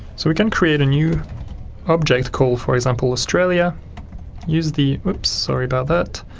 so we can create a new object called for example australia use the oops sorry about that